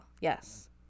Yes